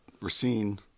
Racine